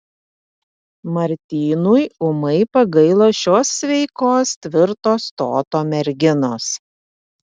martynui ūmai pagailo šios sveikos tvirto stoto merginos